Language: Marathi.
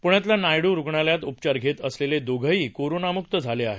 प्ण्यातल्या नायडू रुग्णालयात उपचार घेत असलेले दोघंही कोरोनाम्क्त झाले आहेत